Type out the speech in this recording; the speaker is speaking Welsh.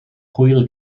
hwyl